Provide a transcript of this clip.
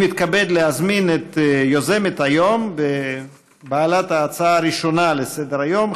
אני מתכבד להזמין את יוזמת היום ובעלת ההצעה הראשונה לסדר-היום,